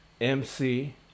MC